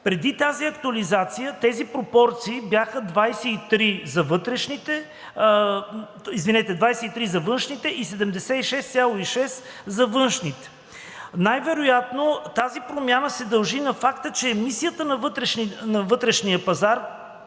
Преди тази актуализация тези пропорции бяха 23 за външните и 76,6 за външните. Най-вероятно тази промяна се дължи на факта, че емисиите на вътрешния пазар,